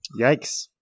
Yikes